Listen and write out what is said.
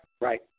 right